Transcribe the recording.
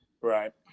Right